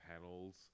panels